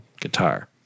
guitar